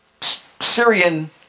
Syrian